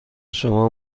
شما